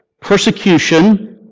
Persecution